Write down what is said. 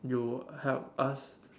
you help ask